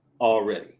already